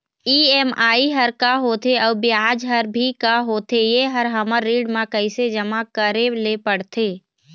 EMI हर का होथे अऊ ब्याज हर भी का होथे ये हर हमर ऋण मा कैसे जमा करे ले पड़ते?